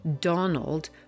Donald